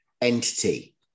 entity